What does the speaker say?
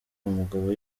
umugabo